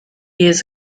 years